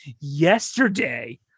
yesterday